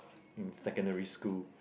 in secondary school